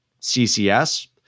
CCS